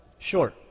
Sure